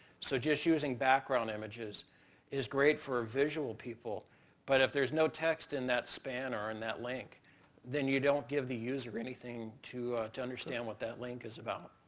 so just using background images is great for visual people but if there's no text in that span or in that link then you don't give the user anything to to understand what that link is about.